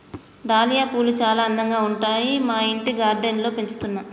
dahlia పూలు చాల అందంగా ఉంటాయి మా ఇంటి గార్డెన్ లో పెంచుతున్నా